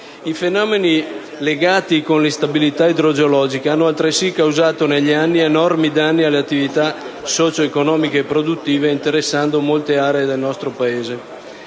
I fenomeni legati all'instabilità idrogeologica hanno altresì causato negli anni enormi danni alle attività socio-economiche e produttive, interessando molte aree del nostro Paese.